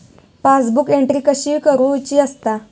Passbook entry कशी करुची असता?